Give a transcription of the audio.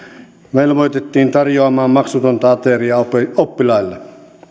velvoitettiin tarjoamaan maksutonta ateriaa oppilaille